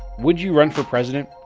would you run for president?